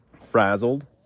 frazzled